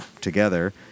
together